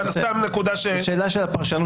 אבל נקודה --- זו שאלה של פרשנות,